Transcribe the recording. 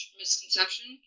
misconception